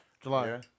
July